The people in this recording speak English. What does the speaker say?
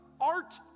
art